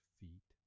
feet